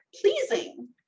pleasing